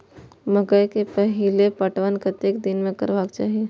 मकेय के पहिल पटवन कतेक दिन में करबाक चाही?